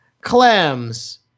clams